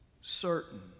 CERTAIN